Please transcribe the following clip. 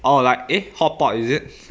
orh like eh hotpot is it